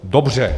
Dobře.